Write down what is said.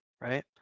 right